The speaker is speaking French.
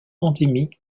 endémique